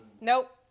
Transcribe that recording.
Nope